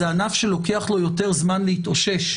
זה ענף שלוקח לו יותר זמן להתאושש,